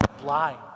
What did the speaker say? blind